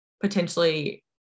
potentially